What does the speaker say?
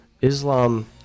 Islam